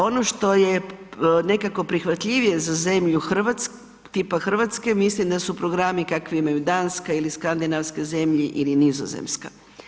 Ono što je nekako prihvatljivije za zemlju tipa Hrvatske mislim da su programi kakve imaju Danska ili Skandinavske zemlje ili Nizozemska.